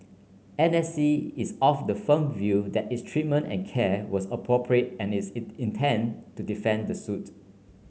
N S C is of the firm view that its treatment and care was appropriate and it's in intends to defend the suit